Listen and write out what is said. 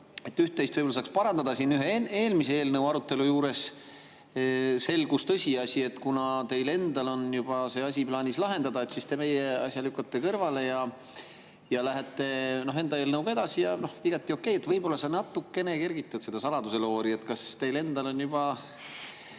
üht-teist võib-olla saaks parandada. Siin ühe eelmise eelnõu arutelu juures selgus tõsiasi, et kuna teil endal on juba see asi plaanis lahendada, siis te meie asja lükkate kõrvale ja lähete enda eelnõuga edasi. Noh, igati okei. Võib-olla sa natukene kergitad seda saladuseloori, et kas teil endal on juba